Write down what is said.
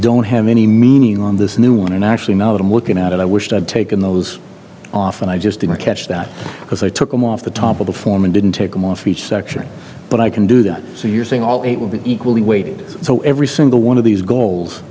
don't have any meaning on this new one and actually now that i'm looking at it i wished i'd taken those off and i just didn't catch that because i took them off the top of the form and didn't take them off each section but i can do that so you're saying all eight will be equally weighted so every single one of these goals